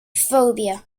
phobia